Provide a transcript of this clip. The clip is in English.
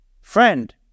Friend